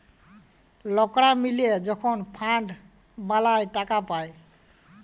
লকরা মিলে যখল ফাল্ড বালাঁয় টাকা পায়